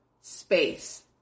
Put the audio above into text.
space